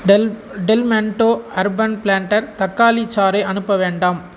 del Del Monte urban planter தக்காளிச் சாறை அனுப்ப வேண்டாம்